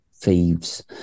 thieves